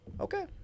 Okay